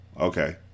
Okay